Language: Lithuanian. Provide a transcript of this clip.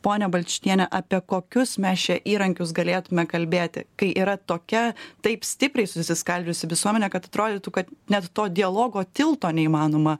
ponia balčytiene apie kokius mes čia įrankius galėtume kalbėti kai yra tokia taip stipriai susiskaldžiusi visuomenė kad atrodytų kad net to dialogo tilto neįmanoma